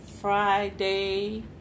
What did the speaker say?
Friday